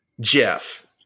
Jeff